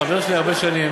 הוא חבר שלי הרבה שנים,